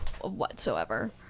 whatsoever